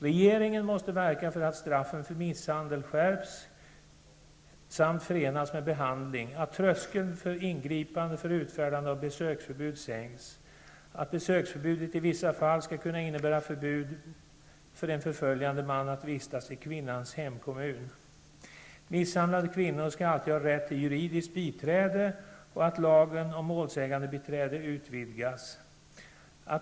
Regeringen måste verka för att straffen för misshandel skärps samt förenas med behandling, att tröskeln för ingripande för utfärdande av besöksförbud sänks och att besöksförbudet i vissa fall skall kunna innebära förbud för en förföljande man att vistas i kvinnans hemkommun. Misshandlade kvinnor skall alltid ha rätt till juridiskt biträde, och lagen om målsägandebiträde måste utvidgas.